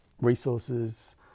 resources